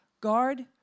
guard